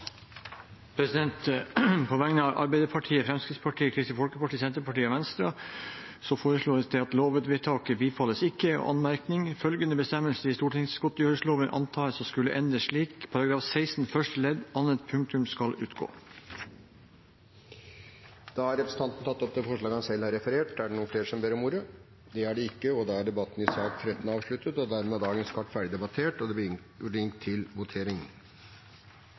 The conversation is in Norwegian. På vegne av Arbeiderpartiet, Fremskrittspartiet, Kristelig Folkeparti, Senterpartiet og Venstre foreslås følgende: «Lovvedtaket bifalles ikke. Anmerkning: Følgende bestemmelse i stortingsgodtgjørelsesloven antas å skulle endres slik: § 16 første ledd: Annet punktum skal utgå.» Da har representanten Kenneth Svendsen tatt opp det forslaget han selv har referert. Flere har ikke bedt om ordet til sak nr. 13. Under debatten er det satt fram i alt 25 forslag. Det er forslagene nr. 1–7, fra Hadia Tajik på vegne av Arbeiderpartiet og